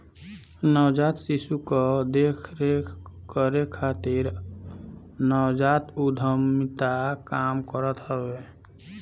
नवजात शिशु कअ देख रेख करे खातिर नवजात उद्यमिता काम करत बाटे